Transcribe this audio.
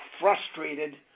frustrated